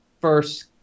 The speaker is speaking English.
first